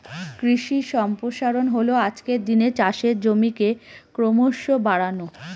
কৃষি সম্প্রসারণ হল আজকের দিনে চাষের জমিকে ক্রমশ বাড়ানো